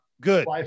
Good